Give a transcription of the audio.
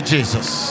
Jesus